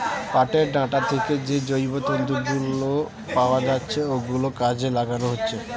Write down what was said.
পাটের ডাঁটা থিকে যে জৈব তন্তু গুলো পাওয়া যাচ্ছে ওগুলো কাজে লাগানো হচ্ছে